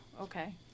Okay